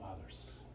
others